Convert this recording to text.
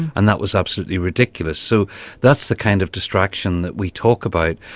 and that was absolutely ridiculous, so that's the kind of distraction that we talk about.